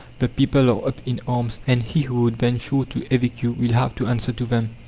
the people are up in arms, and he who would venture to evict you will have to answer to them.